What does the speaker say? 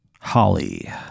holly